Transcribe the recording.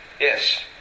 Yes